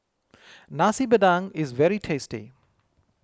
Nasi Padang is very tasty